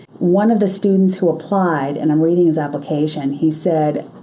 one of the students who applied, and i'm reading his application, he said,